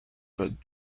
but